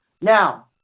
Now